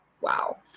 wow